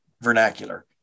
vernacular